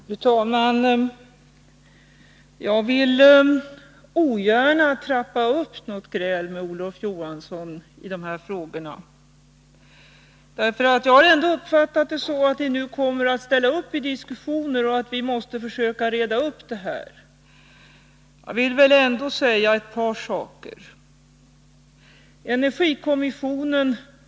Fru talman! Jag vill ogärna trappa upp något gräl med Olof Johansson i dessa frågor. Jag har uppfattat det så att ni nu kommer att ställa upp i diskussioner, eftersom vi måste försöka reda upp det här. Jag vill ändå säga ett par saker.